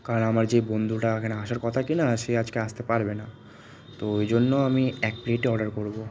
কারণ আমার যে বন্ধুটা এখানে আসার কথা কি না সে আজকে আসতে পারবে না তো ওই জন্য আমি এক প্লেটই অর্ডার করবো